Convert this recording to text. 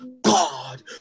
God